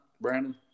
Brandon